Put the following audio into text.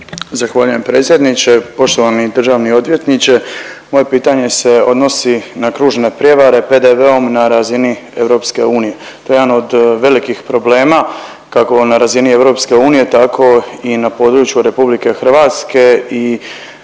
Zahvaljujem predsjedniče. Poštovani državni odvjetniče moje pitanje se odnosi na kružne prijevare PDV-om na razini EU. To je jedan od velikih problema kako na razini EU tako i na području RH i sigurno da se trpe